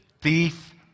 thief